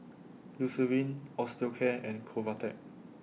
Eucerin Osteocare and Convatec